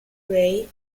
grey